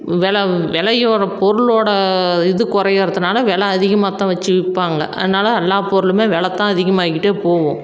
வில விலையோட பொருளோட இது குறையிறதுனால வில அதிகமாக தான் வச்சு விற்பாங்க அதனால எல்லா பொருளுமே வில தான் அதிகமாகிக்கிட்டே போகும்